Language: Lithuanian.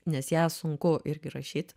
nes ją sunku irgi rašyt